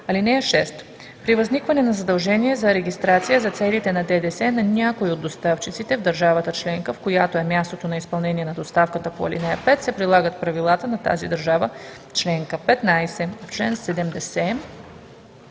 (6) При възникване на задължение за регистрация за целите на ДДС на някой от доставчиците в държавата членка, в която е мястото на изпълнение на доставката по ал. 5, се прилагат правилата на тази държава членка. 15. В чл. 70: